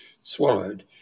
swallowed